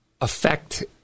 affect